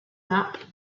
map